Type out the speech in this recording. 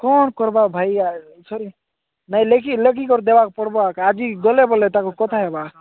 କ'ଣ କରିବା ଭାଇ ସରି ନାଇଁ ଲେଖି ଲେଖି କରି ଦେବାକୁ ପଡ଼ିବ ଏକା ଆଜି ଗଲେ ବୋଲେ ତାକୁ କଥା ହେବା